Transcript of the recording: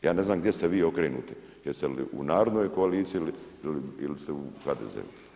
Ja ne znam gdje ste vi okrenuti, jeste li u Narodnoj koaliciji ili ste u HDZ-u?